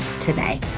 today